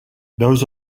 those